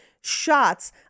shots